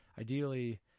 ideally